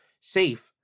safe